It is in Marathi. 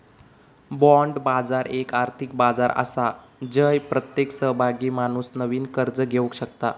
बाँड बाजार एक आर्थिक बाजार आसा जय प्रत्येक सहभागी माणूस नवीन कर्ज घेवक शकता